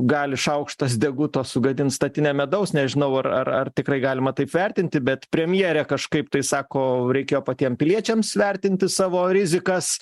gali šaukštas deguto sugadint statinę medaus nežinau ar ar ar tikrai galima taip vertinti bet premjerė kažkaip tai sako reikėjo patiem piliečiams vertinti savo rizikas